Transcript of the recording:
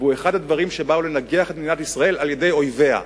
והוא אחד הדברים שבאו לנגח את מדינת ישראל על-ידי אויביה.